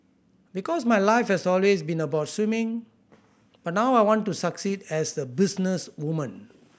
because my life has always been about swimming but now I want to succeed as a businesswoman